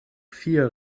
vier